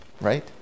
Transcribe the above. Right